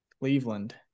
Cleveland